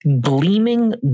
gleaming